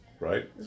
Right